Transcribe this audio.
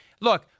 Look